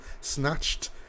snatched